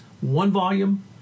one-volume